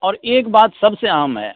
और एक बात सब से आम है